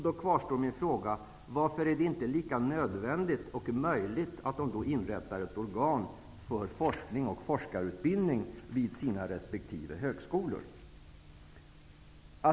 Då kvarstår min fråga: Varför är det inte lika nödvändigt och möjligt att de får inrätta ett organ för forskning och forskarutbildning vid sina resp. högskolor?